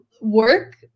work